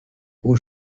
aux